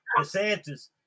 DeSantis